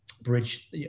bridge